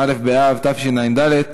אין מתנגדים,